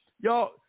y'all